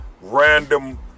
random